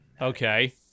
Okay